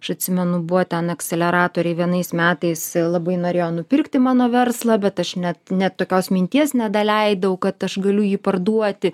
aš atsimenu buvo ten akseleratoriai vienais metais labai norėjo nupirkti mano verslą bet aš net net tokios minties nedaleidau kad aš galiu jį parduoti